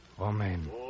Amen